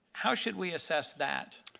how should we assess that?